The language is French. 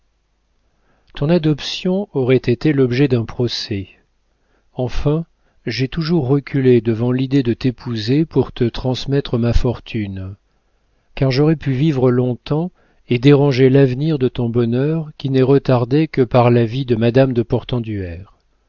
ton adoption aurait été l'objet d'un procès enfin j'ai toujours reculé devant l'idée de t'épouser pour te transmettre ma fortune car j'aurais pu vivre long-temps et déranger l'avenir de ton bonheur qui n'est retardé que par la vie de madame de